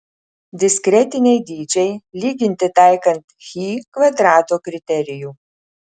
diskretiniai dydžiai lyginti taikant chi kvadrato kriterijų